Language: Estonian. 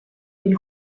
mil